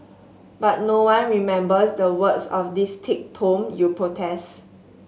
but no one remembers the words of this thick tome you protest